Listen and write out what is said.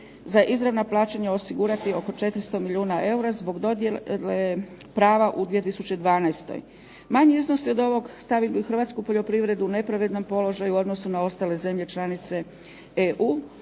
za izravna plaćanja osigurati oko 400 milijuna eura zbog dodjele prava u 2012. Manji iznosi od ovoga staviti će Hrvatsku poljoprivredu u nepravedan položaj u odnosu na ostale zemlje članice EU